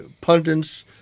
pundits